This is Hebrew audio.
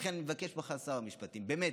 לכן אני מבקש ממך, שר המשפטים, באמת,